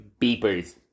beepers